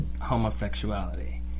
homosexuality